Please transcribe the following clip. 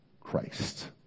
Christ